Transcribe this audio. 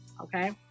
okay